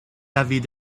l’avis